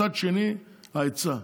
מצד שני ההיצע.